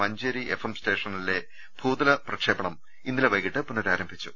Manjeri F M സ്റ്റേഷനിലെ ഭൂതല പ്രക്ഷേപണം ഇന്നലെ വൈകിട്ട് പുനരാരംഭിച്ചു